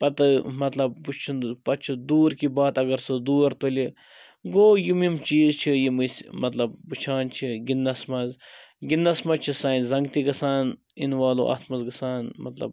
پَتہٕ مَطلَب وُچھُن پَتہٕ چھ دوٗر کی بات اگر سُہ دور تُلہِ گوٚو یِم یِم چیٖز چھِ یِم أسۍ مَطلَب وٕچھان چھِ گِنٛدنَس مَنٛز گِنٛدنَس مَنٛز چھِ سانہِ زَنٛگہٕ تہِ گَژھان اِنوالو اتھ مَنٛز گَژھان مَطلَب